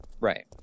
Right